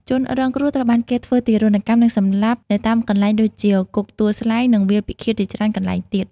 ជនរងគ្រោះត្រូវបានគេធ្វើទារុណកម្ម និងសម្លាប់នៅតាមកន្លែងដូចជា គុកទួលស្លែង និងវាលពិឃាតជាច្រើនកន្លែងទៀត។